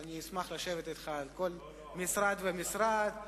אשמח לשבת אתך על כל משרד ומשרד.